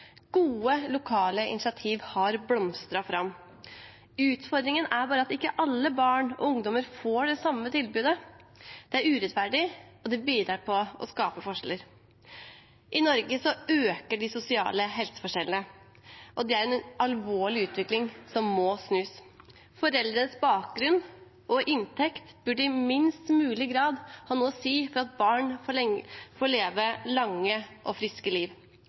Gode lokale initiativ har blomstret fram. Utfordringen er bare at ikke alle barn og ungdommer får det samme tilbudet. Det er urettferdig, og det bidrar til å skape forskjeller. I Norge øker de sosiale helseforskjellene, og det er en alvorlig utvikling som må snus. Foreldrenes bakgrunn og inntekt burde i minst mulig grad ha noe å si for at barn får leve et langt og friskt liv.